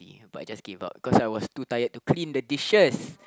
ya but just gave up cause I was too tired to clean the dishes